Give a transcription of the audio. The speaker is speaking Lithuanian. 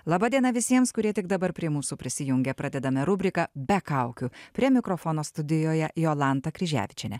laba diena visiems kurie tik dabar prie mūsų prisijungia pradedame rubriką be kaukių prie mikrofono studijoje jolanta kryževičienė